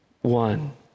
one